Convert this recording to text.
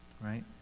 Right